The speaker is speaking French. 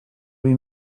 lui